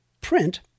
print